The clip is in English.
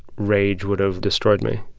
rage would have destroyed me.